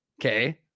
Okay